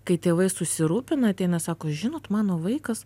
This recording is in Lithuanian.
kai tėvai susirūpina ateina sako žinot mano vaikas